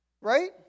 Right